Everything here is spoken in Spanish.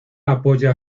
apoya